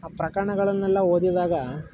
ಆ ಪ್ರಕರಣಗಳನ್ನೆಲ್ಲ ಓದಿದಾಗ